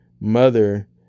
mother